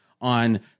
on